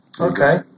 Okay